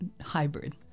hybrid